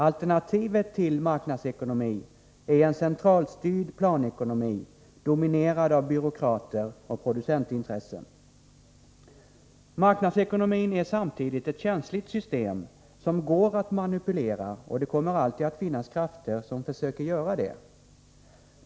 Alternativet till marknadsekonomi är en centralstyrd planekonomi dominerad av byråkrater och producentintressen. Marknadsekonomin är samtidigt ett känsligt system som går att manipulera, och det kommer alltid att finnas krafter som försöker göra det.